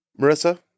Marissa